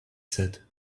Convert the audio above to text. said